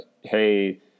Hey